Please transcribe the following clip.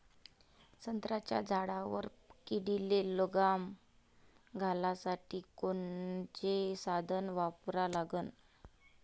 संत्र्याच्या झाडावर किडीले लगाम घालासाठी कोनचे साधनं वापरा लागन?